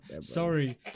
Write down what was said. Sorry